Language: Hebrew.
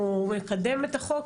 אנחנו נקדם את החוק